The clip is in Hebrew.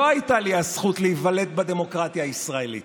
לא הייתה לי הזכות להיוולד בדמוקרטיה הישראלית.